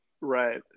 Right